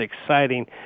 exciting